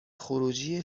خروجی